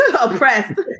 oppressed